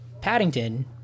Paddington